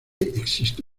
existe